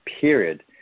period